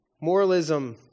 Moralism